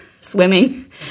swimming